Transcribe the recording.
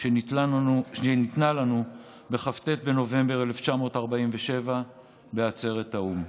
שניתנה לנו בכ"ט בנובמבר 1947 בעצרת האו"ם.